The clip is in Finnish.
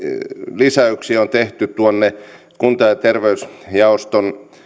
lisäyksiä tuonne kunta ja terveysjaoston